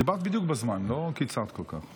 דיברת בדיוק בזמן, לא קיצרת כל כך.